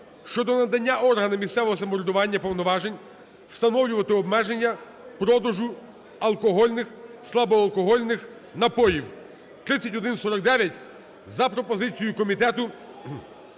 щодо надання органам місцевого самоврядування повноважень встановити обмеження продажу алкогольних, слабоалкогольних напоїв (3149) за пропозицією комітету